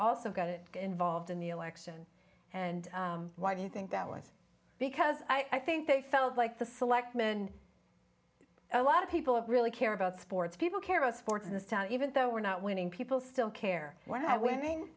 to get involved in the election and why do you think that was because i think they felt like the selectmen a lot of people really care about sports people care about sports in this town even though we're not winning people still care when i wen